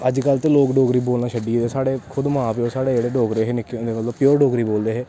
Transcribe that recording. अज्ज कल ते लोग डोगरी बोलना शड्डी गेदा साढ़े खुद मां प्यो जेह्ड़े साढ़े डोगरे हे निक्के होंदे मतलव प्योर डोगरी बोलदे